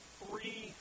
three